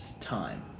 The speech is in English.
time